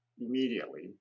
immediately